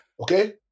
Okay